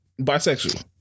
bisexual